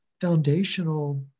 foundational